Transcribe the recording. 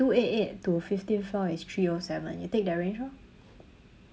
two eight eight to fifteen floor is three O seven you take that range orh